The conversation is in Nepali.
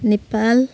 नेपाल